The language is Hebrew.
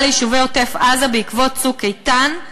ליישובי עוטף-עזה בעקבות "צוק איתן".